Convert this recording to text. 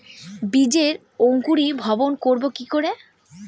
বীজের অঙ্কোরি ভবন করব কিকরে?